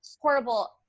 horrible